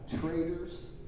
traitors